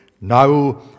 now